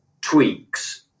tweaks